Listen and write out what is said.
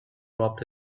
dropped